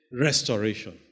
restoration